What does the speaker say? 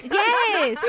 yes